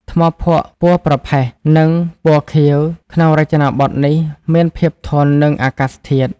ថ្មភក់ពណ៌ប្រផេះ និងពណ៌ខៀវក្នុងរចនាបថនេះមានភាពធន់នឹងអាកាសធាតុ។